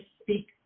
speak